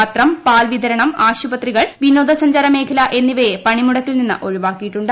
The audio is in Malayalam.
പത്രം പാൽ വിതരണം ആശുപത്രികൾ വിനോദസഞ്ചാര മേഖല എന്നിവയെ പണിമുടക്കിൽ നിന്ന് ഒഴിവാക്കിയിട്ടുണ്ട്